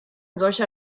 solcher